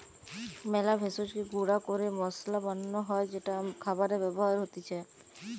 মেলা ভেষজকে গুঁড়া ক্যরে মসলা বানান হ্যয় যেটা খাবারে ব্যবহার হতিছে